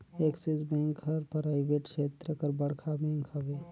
axis bank हर private छेत्र कर बड़खा बेंक हवे